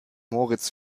moritz